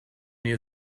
new